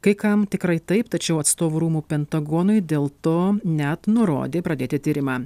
kai kam tikrai taip tačiau atstovų rūmų pentagonui dėl to net nurodė pradėti tyrimą